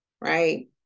right